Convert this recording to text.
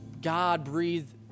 God-breathed